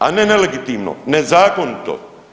A ne nelegitimno, nezakonito.